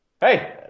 Hey